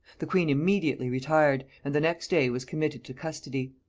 the queen immediately retired, and the next day was committed to custody.